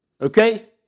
Okay